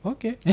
Okay